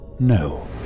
No